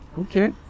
Okay